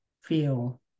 feel